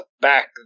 back